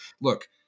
look